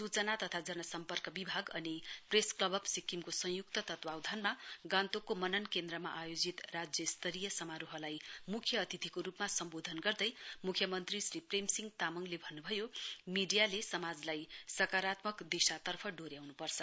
सूचना तथा जन सम्पर्क बिभाग अनि प्रेस क्लब अफ् सिक्किमको संयुक्त तत्वावधानमा गान्तोकको मनन केन्द्रमा आयोजित राज्य स्तरीय समारोहलाई मुख्य अतिथिको रूपमा सम्वोधन गर्दै मुख्यमन्त्री श्री प्रेमसिंह तामङले भन्नुभयो मीडियाले समाजलाई सकारात्मक दिशातर्फ डोर्याउनुपर्छ